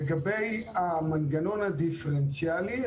לגבי המנגנון הדיפרנציאלי,